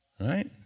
Right